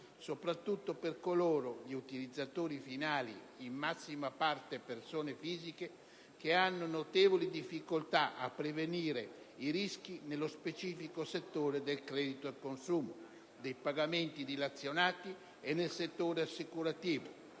soprattutto per coloro (gli utilizzatori finali, in massima parte persone fisiche) che hanno notevoli difficoltà a prevenire i rischi nello specifico settore del credito al consumo, dei pagamenti dilazionati e nel settore assicurativo